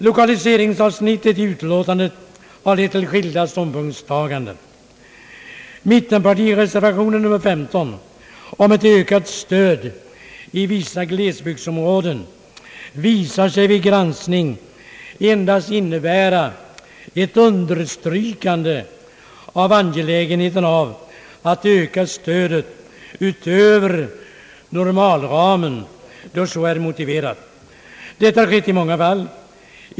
ökat stöd i vissa glesbygdsområden visar sig vid granskning endast innebära ett understrykande av angelägenheten att öka stödet utöver normalramen där så är motiverat. Detta har skett vid många tillfällen.